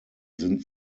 sind